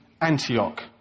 Antioch